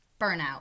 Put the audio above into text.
burnout